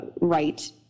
right